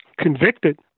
convicted